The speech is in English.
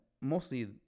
Mostly